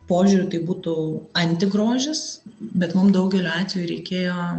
požiūriu tai būtų antigrožis bet mum daugeliu atvejų reikėjo